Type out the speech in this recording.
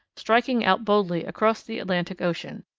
striking out boldly across the atlantic ocean,